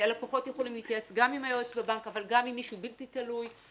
הלקוחות יכולים להתייעץ גם עם היועץ בבנק אבל גם עם מישהו בלתי תלוי.